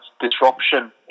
disruption